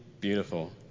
beautiful